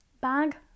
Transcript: bag